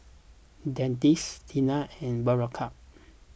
Dentiste Tena and Berocca